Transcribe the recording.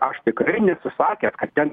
aš tikrai nesu sakęs kad ten